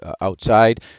outside